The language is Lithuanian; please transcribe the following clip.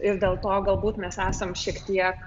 ir dėl to galbūt mes esam šiek tiek